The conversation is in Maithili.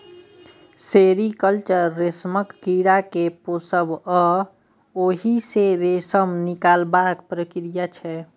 सेरीकल्चर रेशमक कीड़ा केँ पोसब आ ओहि सँ रेशम निकालबाक प्रक्रिया छै